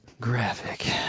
graphic